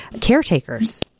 caretakers